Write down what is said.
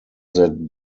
that